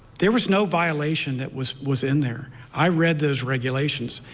there was no violation that was was in there. i read those regulations.